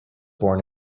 born